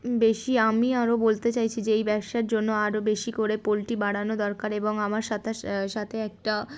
বেশি আমি আরও বলতে চাইছি যে এই ব্যবসার জন্য আরও বেশি করে পোলট্রি বাড়ানো দরকার এবং আমার সাথার সা সাথে একটা